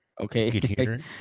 Okay